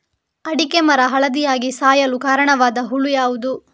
ಅಡಿಕೆ ಮರ ಹಳದಿಯಾಗಿ ಸಾಯಲು ಕಾರಣವಾದ ಹುಳು ಯಾವುದು?